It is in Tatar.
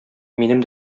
минем